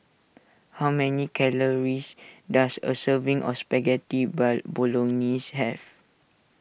how many calories does a serving of Spaghetti Bolognese have